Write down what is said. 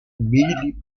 immediately